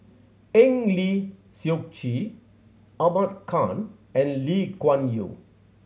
Eng Lee Seok Chee Ahmad Khan and Lee Kuan Yew